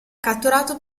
catturato